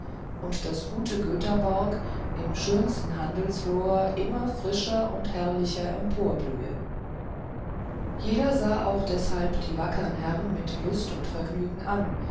und das gute göthaborg im schönsten handelsflor immer frischer und herrlicher emporblühe jeder sah auch deshalb die wackern herrn mit lust und vergnügen an